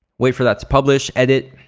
wait for that to publish. edit